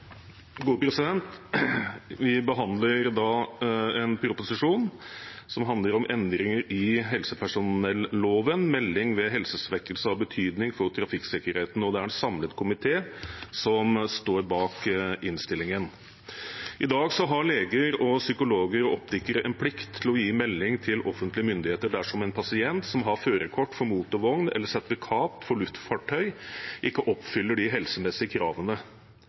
handler om endringer i helsepersonelloven, melding ved helsesvekkelse av betydning for trafikksikkerheten. Det er en samlet komité som står bak innstillingen. I dag har leger, psykologer og optikere plikt til å gi melding til offentlige myndigheter dersom en pasient som har førerkort for motorvogn eller sertifikat for luftfartøy, ikke oppfyller de helsemessige kravene.